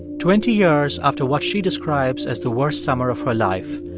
twenty years after what she describes as the worst summer of her life,